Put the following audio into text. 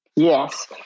Yes